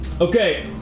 Okay